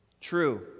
True